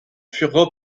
furent